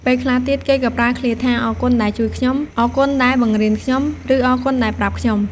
ពេលខ្លះទៀត គេក៏ប្រើឃ្លាថា អរគុណដែលជួយខ្ញុំ អរគុណដែលបង្រៀនខ្ញុំ ឬ អរគុណដែលប្រាប់ខ្ញុំ។